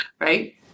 right